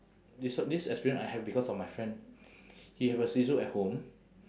this uh this experience I have because of my friend he have a shih tzu at home